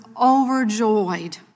overjoyed